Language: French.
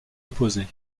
opposer